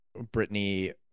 Britney